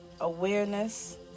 awareness